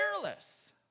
fearless